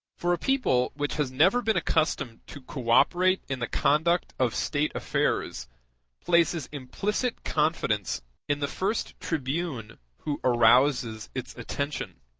for a people which has never been accustomed to co-operate in the conduct of state affairs places implicit confidence in the first tribune who arouses its attention.